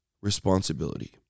responsibility